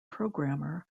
programmer